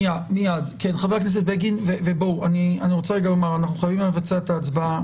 חבר הכנסת בגין, אנחנו חייבים לבצע ההצבעה.